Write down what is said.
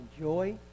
joy